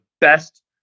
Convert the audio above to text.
best